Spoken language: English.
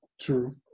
True